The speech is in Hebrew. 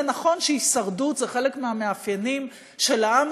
ונכון שהישרדות היא מהמאפיינים של העם